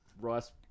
rice